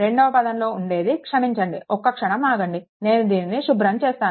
రెండవ పదంలో ఉండేది క్షమించండి ఒక్క క్షణం ఆగండి నేను దీనిని శుభ్రంచేస్తాను